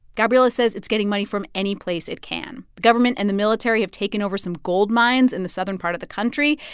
gabriela says it's getting money from any place it can. the government and the military have taken over some gold mines in the southern part of the country,